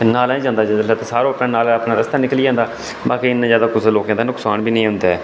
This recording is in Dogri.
ते नालें च जंदा जिसलै ते सारा पानी नालें च निकली जंदा बाकी इन्ना जादा कुसै दा इन्ना नुक्सान बी निं होंदा ऐ